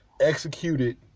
executed